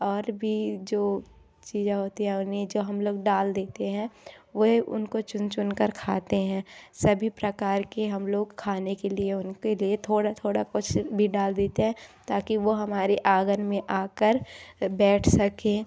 और भी जो चीज़ें होती है उन्हें जो हम लोग डाल देते हैं वह उनको चुन चुन कर खाते हैं सभी प्रकार के हम लोग खाने के लिए उनके लिए थोड़ा थोड़ा कुछ भी डाल देते है ताकि वह हमारे आंगन में आ कर बैठ सकें